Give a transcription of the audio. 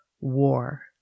war